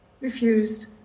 refused